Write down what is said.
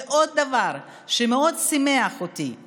ועוד דבר שמאוד שימח אותי הוא